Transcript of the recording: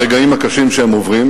ברגעים הקשים שהם עוברים.